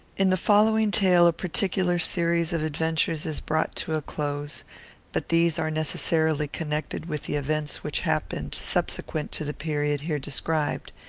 in the following tale a particular series of adventures is brought to a close but these are necessarily connected with the events which happened subsequent to the period here described.